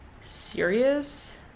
serious